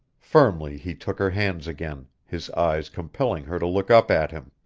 firmly he took her hands again, his eyes compelling her to look up at him.